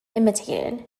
imitated